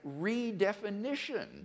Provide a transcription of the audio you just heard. redefinition